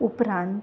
उपरांत